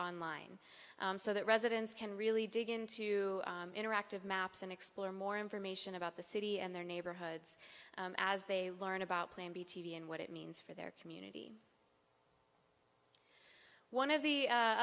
online so that residents can really dig into interactive maps and explore more information about the city and their neighborhoods as they learn about plan b t v and what it means for their community one of the